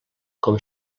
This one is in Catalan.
com